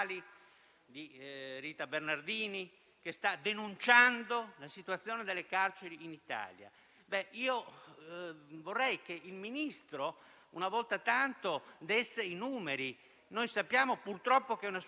C'è un sovraffollamento di oltre 4.000 detenuti. Qual è la situazione delle carceri oggi? Ci sono circa 1.000 detenuti affetti da Covid, oltre 500 agenti